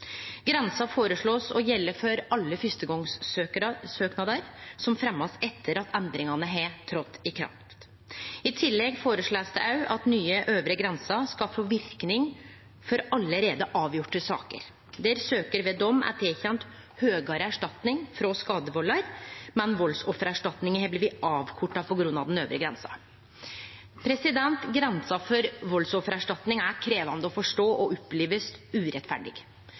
Grensa blir føreslått å gjelde for alle førstegongssøknader som blir fremja etter at endringane har trett i kraft. I tillegg blir det òg føreslått at den nye øvre grensa skal få verknad for allereie avgjorde saker der søkjar ved dom er tilkjent høgare erstatning frå skadevaldar, men der valdsoffererstatninga har blitt avkorta på grunn av den øvre grensa. Grensa for valdsoffererstatning er krevjande å forstå og blir opplevd som urettferdig.